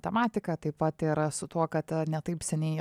tematika taip pat ir su tuo kad ne taip seniai